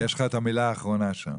יש לך את המילה האחרונה שם.